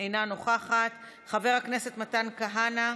אינה נוכחת, חבר הכנסת מתן כהנא,